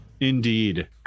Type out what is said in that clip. Indeed